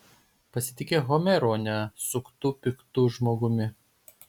pasitikėk homeru o ne suktu piktu žmogumi